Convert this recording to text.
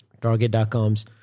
Target.coms